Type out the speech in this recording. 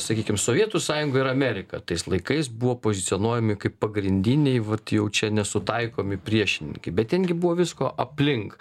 sakykim sovietų sąjunga ir amerika tais laikais buvo pozicionuojami kaip pagrindiniai vat jau čia nesutaikomi priešininkai bet ten gi buvo visko aplink